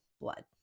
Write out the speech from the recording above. blood